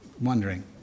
wondering